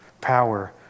power